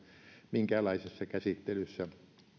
minkäänlaisessa käsittelyssä